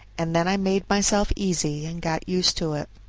and then i made myself easy and got used to it.